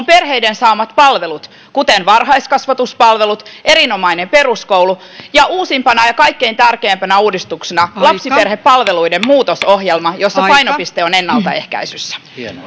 perheiden saamat palvelut kuten varhaiskasvatuspalvelut erinomainen peruskoulu ja uusimpana ja ja kaikkein tärkeimpänä uudistuksena lapsiperhepalveluiden muutosohjelma jossa painopiste on ennaltaehkäisyssä